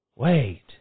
Wait